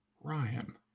Ryan